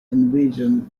invasion